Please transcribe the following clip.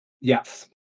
Yes